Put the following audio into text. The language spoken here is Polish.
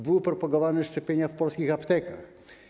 Były propagowane szczepienia w polskich aptekach.